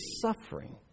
suffering